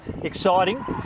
Exciting